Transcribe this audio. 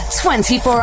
24